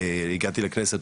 הגעתי לכנסת,